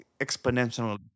exponentially